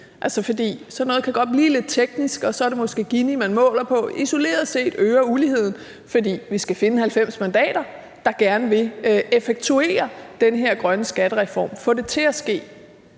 altså, fordi sådan noget kan godt blive lidt teknisk. Og så er det måske Ginikoefficienten, man måler på, som isoleret set øger uligheden, fordi vi skal finde 90 mandater, der gerne vil effektuere den her grønne skattereform; få den til at ske.